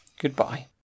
Goodbye